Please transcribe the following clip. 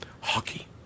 Hockey